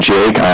Jake